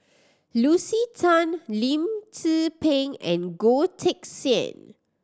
Lucy Tan Lim Tze Peng and Goh Teck Sian